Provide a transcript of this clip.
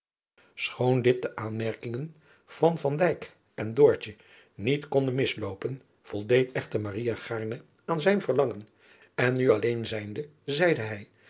choon dit de aanmerkingen van en niet konde misloopen voldeed echter gaarne aan zijn verlangen en nu alleen zijnde zeide hij